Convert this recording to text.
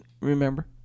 remember